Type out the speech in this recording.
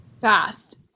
fast